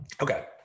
Okay